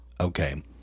okay